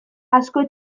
asko